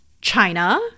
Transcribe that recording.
China